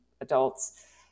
adults